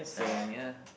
so ya